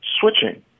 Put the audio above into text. switching